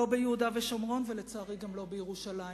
לא ביהודה ושומרון, ולצערי גם לא בירושלים.